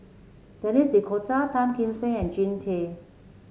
Denis D'Cotta Tan Kim Seng and Jean Tay